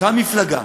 ואותה מפלגה